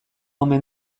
omen